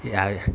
ya